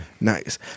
Nice